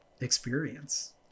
experience